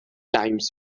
times